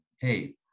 hey